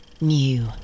new